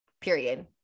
period